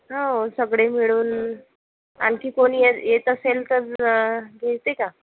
हो सगळे मिळून आणखी कोणी ये येत असेल तर घेते का